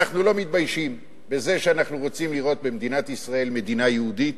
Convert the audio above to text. אנחנו לא מתביישים בזה שאנחנו רוצים לראות במדינת ישראל מדינה יהודית,